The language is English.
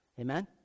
Amen